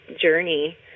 journey